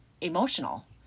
emotional